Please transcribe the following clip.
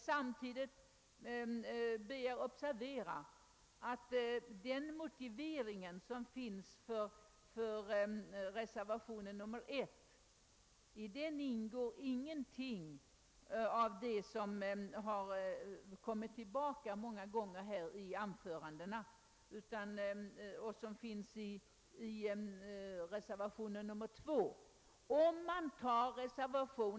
Samtidigt ber jag er observera satt i den motivering som finns i reservationen 1 ingår ingenting av det som många gånger har kommit tillbaka i anförandena och som står i reservationen 2.